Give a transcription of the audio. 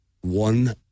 one